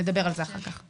נדבר על זה אחר-כך.